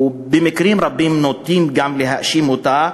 או במקרים רבים נוטים גם להאשים אותה,